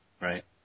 right